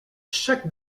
chaque